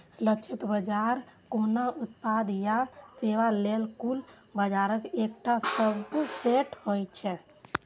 लक्षित बाजार कोनो उत्पाद या सेवा लेल कुल बाजारक एकटा सबसेट होइ छै